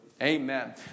Amen